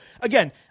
again